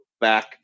back